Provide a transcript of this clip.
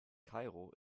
kairo